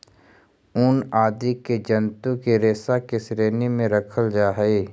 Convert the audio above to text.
ऊन आदि के जन्तु के रेशा के श्रेणी में रखल जा हई